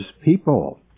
people